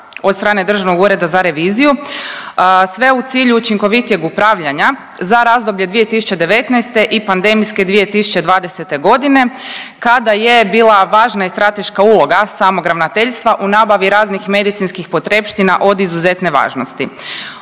od strane Državnog ureda za reviziju, sve u cilju učinkovitijeg upravljanja za razdoblje 2019. i pandemijske 2020.g. kada je bila važna i strateška uloga samog ravnateljstva u nabavi raznih medicinskih potrepština od izuzetne važnosti.